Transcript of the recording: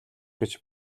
гэж